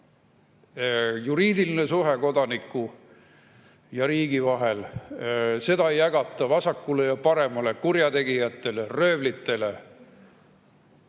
juriidiline suhe kodaniku ja riigi vahel. Seda ei jagata vasakule ja paremale, kurjategijatele, röövlitele.